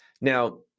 Now